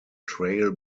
trail